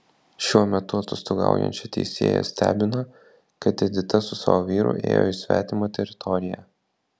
šiuo metu atostogaujančią teisėją stebina kad edita su savo vyru ėjo į svetimą teritoriją